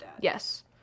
Yes